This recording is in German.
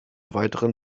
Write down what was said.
weiteren